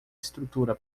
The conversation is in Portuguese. estrutura